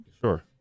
Sure